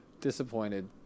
disappointed